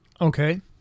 Okay